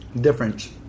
difference